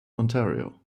ontario